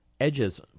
edges